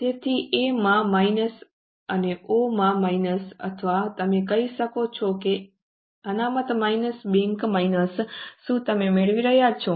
તેથી A માં minus અને O માં માઈનસ અથવા તમે કહી શકો કે અનામતમાં માઈનસ બેંક માઈનસ શું તમે મેળવી રહ્યા છો